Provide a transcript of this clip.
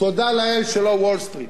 תודה לאל שלא לוול-סטריט.